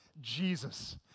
Jesus